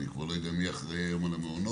אני כבר לא יודע מי אחראי היום על המעונות.